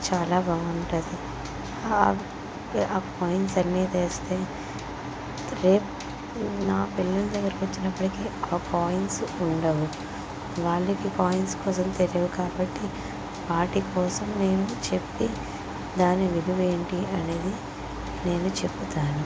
చాలా బాగుంటుంది ఆ కాయిన్స్ అన్నీ తీస్తే రేపు నా పిల్లలు దగ్గరకి వచ్చేటప్పటికి ఆ కాయిన్స్ ఉండవు వాళ్ళకి కాయిన్స్ కోసం తెలియవు కాబట్టి వాటికోసం మేము చెప్పి దాన్ని విధనం ఏంటి అనేది నేను చెపుతాను